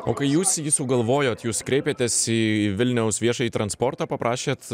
o kai jūs jį sugalvojot jūs kreipėtės į vilniaus viešąjį transportą paprašėt